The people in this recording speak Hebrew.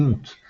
אימות;